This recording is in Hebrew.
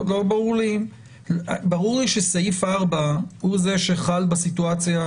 ברור לי שסעיף 4 הוא זה שחל בסיטואציה.